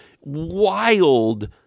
wild